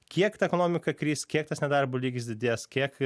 kiek ta ekonomika kris kiek tas nedarbo lygis didės kiek